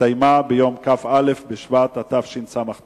שהסתיימה ביום כ"א בשבט התשס"ט,